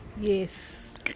Yes